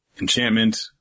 enchantment